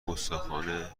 گستاخانه